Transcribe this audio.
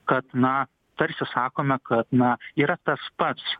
kad na tarsi sakome kad na yra tas pats